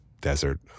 desert